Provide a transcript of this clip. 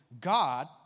God